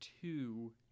two